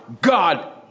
God